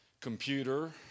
computer